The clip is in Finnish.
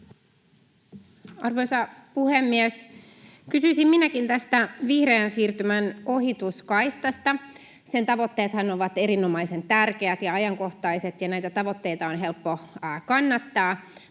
Arvoisa puhemies! Kysyisin minäkin tästä vihreän siirtymän ohituskaistasta. Sen tavoitteethan ovat erinomaisen tärkeät ja ajankohtaiset, ja näitä tavoitteita on helppo kannattaa.